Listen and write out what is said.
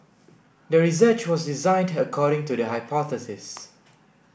the research was designed according to the hypothesis